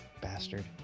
Bastard